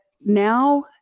now